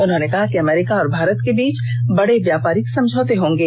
उन्होंने कहा कि अमेरिका और भारत के बीच बड़े व्यापारिक समझौते होंगे